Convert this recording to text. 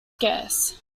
scarce